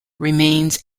remains